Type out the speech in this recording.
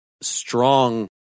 strong